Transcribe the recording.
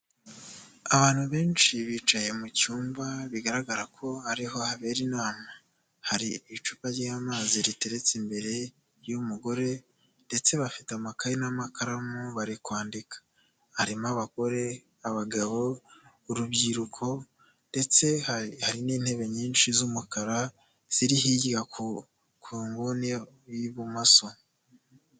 Abantu benshi bicaye mu cyumba, bigaragara ko ariho habera inama, hari icupa ry'amazi riteretse imbere y'umugore, ndetse bafite amakaye n'amakaramu, bari kwandika, harimo abagore, abagabo, urubyiruko, ndetse hari n'intebe nyinshi z'umukara, ziri hirya ku nguni y'ubumoso.